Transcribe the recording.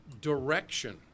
direction